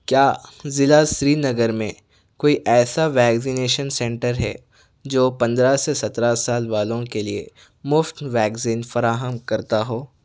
کیا ضلع سری نگر میں کوئی ایسا ویکزینیشن سنٹر ہے جو پندرہ سے سترہ سال والوں کے لیے مفت ویکزین فراہم کرتا ہو